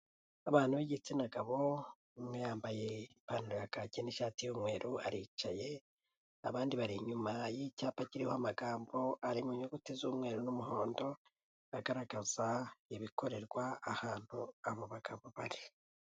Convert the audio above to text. Abana b'igitsina gabo, umwe yambaye ipantaro y'akaki n'ishati y'umweru aricaye, abandi bari inyuma y'icyapa kiriho amagambo ari mu nyuguti z'umweru n'umuhondo, agaragaza ibikorerwa ahantu abo bagabo bari.